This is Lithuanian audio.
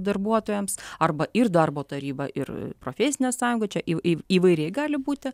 darbuotojams arba ir darbo taryba ir profesinės sąjungos čia į įvairiai gali būti